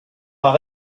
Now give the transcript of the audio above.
par